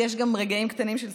יש גם רגעים קטנים של סיפוק,